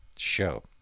show